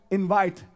invite